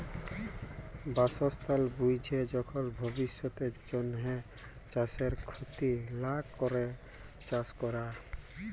বাসস্থাল বুইঝে যখল ভবিষ্যতের জ্যনহে চাষের খ্যতি লা ক্যরে চাষ ক্যরা